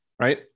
right